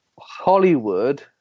Hollywood